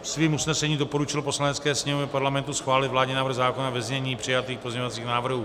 Svým usnesením doporučil Poslanecké sněmovně Parlamentu schválit vládní návrh zákona ve znění přijatých pozměňovacích návrhů.